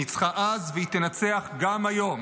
ניצחה אז והיא תנצח גם היום